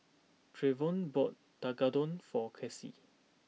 Trevon bought Tekkadon for Kasey